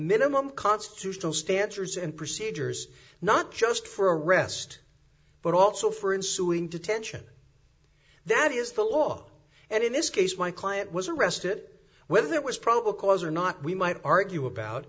minimum constitutional standards and procedures not just for a rest but also for an suing detention that is the law and in this case my client was arrested whether there was probable cause or not we might argue about